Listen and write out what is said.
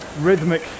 rhythmic